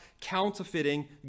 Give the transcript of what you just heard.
counterfeiting